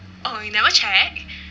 oh you never check